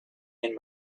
and